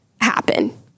happen